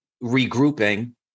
regrouping